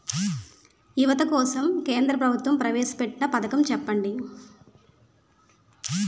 యువత కోసం కేంద్ర ప్రభుత్వం ప్రవేశ పెట్టిన పథకం చెప్పండి?